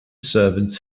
servants